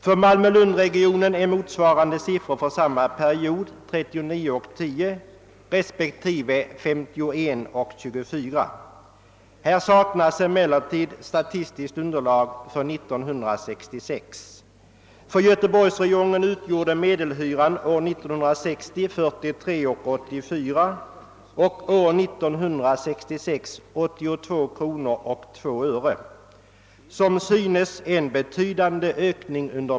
För Malmö—Lund-regionen är motsvarande siffror för samma period 39 kronor 10 öre respektive 51 kronor 24 öre. Här saknas emellertid statistiskt underlag för år 1966. För göteborgsräjongen utgjorde medelhyran år 1960 43 kronor 84 öre och år 1966 82 kronor 2 öre — som synes en betydande ökning.